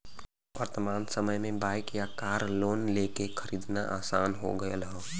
वर्तमान समय में बाइक या कार लोन लेके खरीदना आसान हो गयल हौ